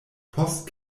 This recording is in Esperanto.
post